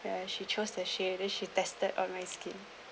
yeah she chose the shade then she tested on my skin